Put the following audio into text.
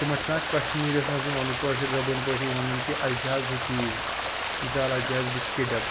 تِمَن چھِ پٮ۪وان کَشمیٖرِیَس منٛزٕے وَنُن کٲشِر زَبان پٲٹھی وَنُن کہِ اَسہِ دِ حظ ہُہ چیٖز مِثال اَسہِ دِ حظ بِسکیٖٹ ڈَبہٕ